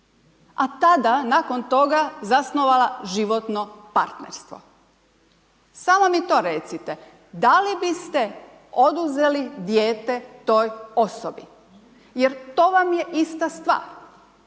a tada, nakon toga zasnovala životno partnerstvo? Samo mi to recite, da li biste oduzeli dijete toj osobi jer to vam je ista stvar.